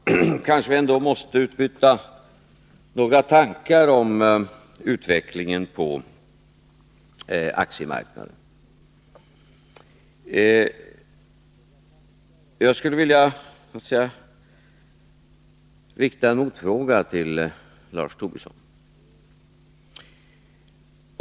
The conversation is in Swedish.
Herr talman! Vi kanske ändå måste utbyta några tankar om utvecklingen på aktiemarknaden. Jag skulle vilja rikta en motfråga till Lars Tobisson.